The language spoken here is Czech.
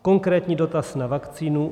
Konkrétní dotaz na vakcínu.